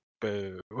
Boo